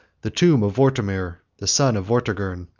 the tomb of vortimer, the son of vortigern,